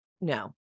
no